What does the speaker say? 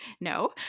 No